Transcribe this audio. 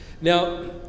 now